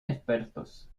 expertos